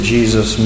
Jesus